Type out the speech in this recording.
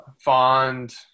fond